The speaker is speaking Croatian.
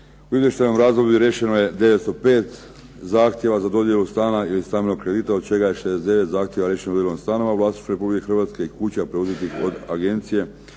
u izvještajnom razdoblju riješeno je 905 zahtjeva za dodjelu stana ili stambenog kredita od čega je 69 zahtjeva riješeno dodjelom stanova u vlasništvu Republike Hrvatske i kuća preuzetih od agencije